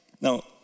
Now